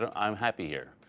um i'm happy here,